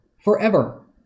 forever